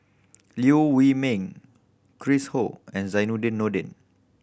Liew Wee Mee Chris Ho and Zainudin Nordin